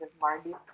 Mardi